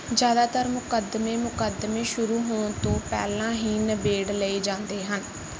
ਜ਼ਿਆਦਾਤਰ ਮੁਕੱਦਮੇ ਮੁਕੱਦਮੇ ਸ਼ੁਰੂ ਹੋਣ ਤੋਂ ਪਹਿਲਾਂ ਹੀ ਨਿਬੇੜ ਲਏ ਜਾਂਦੇ ਹਨ